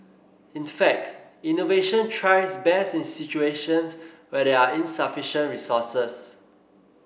in fact innovation thrives best in situations where there are insufficient resources